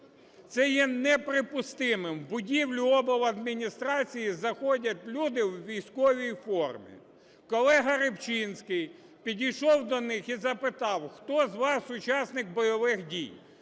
Це є неприпустимим. В будівлю обладміністрації заходять люди у військовій формі. Колега Рибчинський підійшов до них і запитав: "Хто з вас учасник бойових дій?"